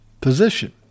position